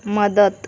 मदत